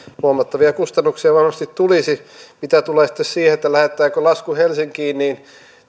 huomattavia kustannuksia varmasti tulisi mitä tulee sitten siihen lähetetäänkö lasku helsinkiin niin